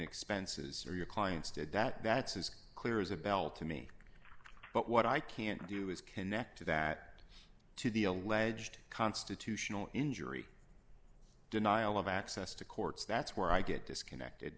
expenses or your clients did that that's as clear as a bell to me but what i can do is connect that to the alleged constitutional injury denial of access to courts that's where i get disconnected